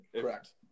Correct